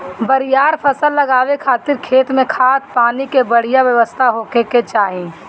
बरियार फसल लगावे खातिर खेत में खाद, पानी के बढ़िया व्यवस्था होखे के चाही